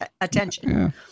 attention